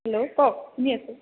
hello কওক শুনি আছোঁ